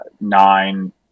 Nine